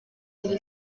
iri